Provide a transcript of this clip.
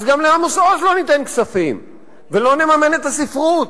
אז גם לעמוס עוז לא ניתן כספים ולא נממן את הספרות.